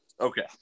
Okay